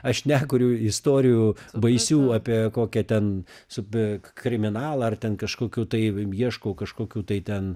aš nekuriu istorijų baisių apie kokią ten su b kriminalą ar ten kažkokių tai ieškau kažkokių tai ten